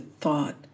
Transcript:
thought